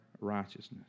righteousness